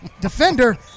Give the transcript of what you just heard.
defender